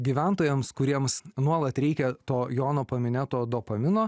gyventojams kuriems nuolat reikia to jono paminėto dopamino